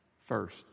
First